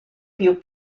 più